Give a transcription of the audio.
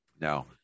Now